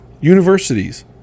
universities